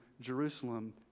Jerusalem